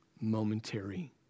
momentary